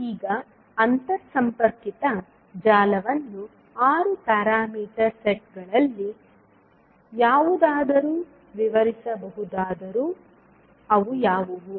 ಈಗ ಅಂತರ್ಸಂಪರ್ಕಿತ ಜಾಲವನ್ನು 6 ಪ್ಯಾರಾಮೀಟರ್ ಸೆಟ್ಗಳಲ್ಲಿ ಯಾವುದಾದರೂ ವಿವರಿಸಬಹುದಾದರೂ ಅವು ಯಾವುವು